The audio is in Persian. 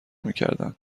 میکردند